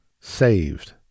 saved